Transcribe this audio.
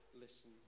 listen